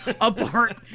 apart